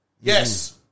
Yes